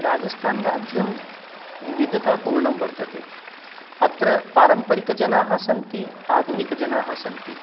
राजस्थानराज्यं विविधतापूर्णं वर्त्तते अत्र पारम्पारिकजनाः सन्ति आधुनिकजनाः सन्ति